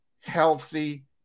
healthy